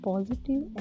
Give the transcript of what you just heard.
Positive